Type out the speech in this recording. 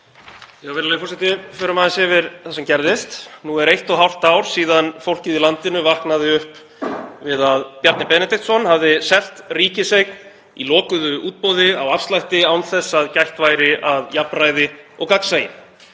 Virðulegi forseti. Förum aðeins yfir það sem gerðist. Nú er eitt og hálft ár síðan fólkið í landinu vaknaði upp við að Bjarni Benediktsson hafði selt ríkiseign í lokuðu útboði á afslætti án þess að gætt væri að jafnræði og gagnsæi.